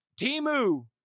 Timu